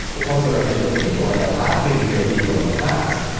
because there are fewer people and there have been fewer people in the past,